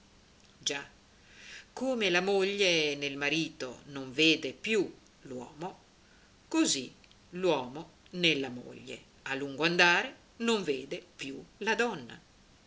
già come la moglie nel marito non vede più l'uomo così l'uomo nella moglie a lungo andare non vede più la donna